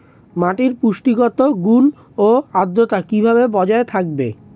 মাটির পুষ্টিগত গুণ ও আদ্রতা কিভাবে বজায় থাকবে?